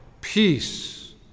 peace